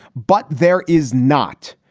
but there is not.